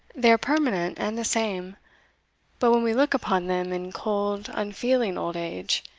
they are permanent and the same but when we look upon them in cold unfeeling old age,